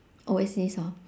always east hor